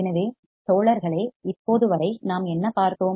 எனவே தோழர்களே இப்போது வரை நாம் என்ன பார்த்தோம்